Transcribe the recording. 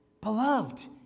Beloved